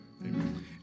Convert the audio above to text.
Amen